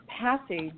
passage